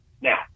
Now